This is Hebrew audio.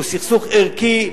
הוא סכסוך ערכי,